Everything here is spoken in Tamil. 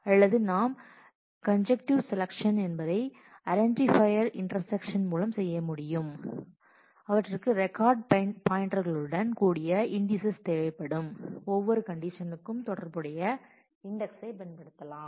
அல்லது நாம் காஞ்சுகிட்டிவ் செலக்சன் என்பதை ஐடன்டிபயர்களின் இன்டெர்செக்ஷன் மூலம் செய்ய முடியும் அவற்றிற்கு ரெக்கார்ட் பாயிண்டேர்களுடன் கூடிய இன்டிசஸ் தேவைப்படும் ஒவ்வொரு கண்டிஷனுக்கும் தொடர்பு உடைய இன்டெக்ஸ்சை பயன்படுத்தலாம்